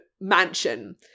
mansion